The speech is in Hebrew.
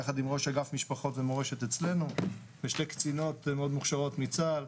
יחד עם ראש אגף משפחות ומורשת אצלנו ושתי קצינות מאוד מוכשרות מצה"ל,